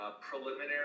preliminary